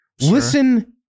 Listen